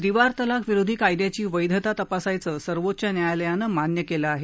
त्रिवार तलाक विरोधी कायद्याची वैधता तपासायचं सर्वोच्च न्यायालयानं मान्य केलं आहे